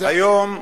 מי זה היה?